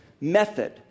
method